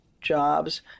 jobs